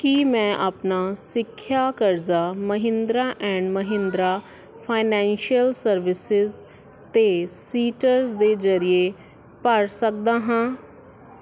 ਕੀ ਮੈਂ ਆਪਣਾ ਸਿੱਖਿਆ ਕਰਜ਼ਾ Mahindra and Mahindra financial services 'ਤੇ ਸੀਟਰਸ ਦੇ ਜਰੀਏ ਭਰ ਸਕਦਾ ਹਾਂ